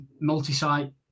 multi-site